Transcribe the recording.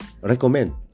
recommend